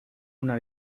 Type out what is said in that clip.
una